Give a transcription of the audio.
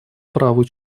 праву